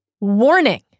Warning